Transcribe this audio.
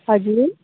हजुर